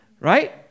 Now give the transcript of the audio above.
right